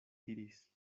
diris